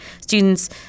students